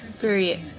period